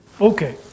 Okay